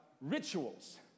rituals